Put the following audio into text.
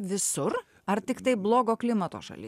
visur ar tiktai blogo klimato šalyse